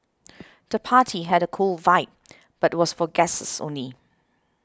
the party had a cool vibe but was for guests only